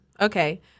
Okay